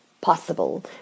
possible